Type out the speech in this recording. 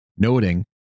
noting